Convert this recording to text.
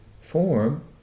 form